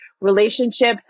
relationships